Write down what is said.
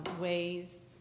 ways